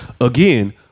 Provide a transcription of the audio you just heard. Again